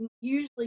usually